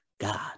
God